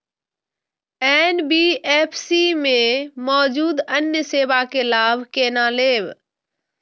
NBFC में मौजूद अन्य सेवा के लाभ केना लैब?